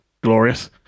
glorious